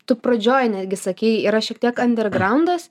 tu pradžioj netgi sakei yra šiek tiek andergraundas